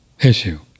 issue